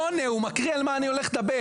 הוא לא עונה, הוא מקריא על מה אני הולך לדבר.